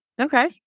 Okay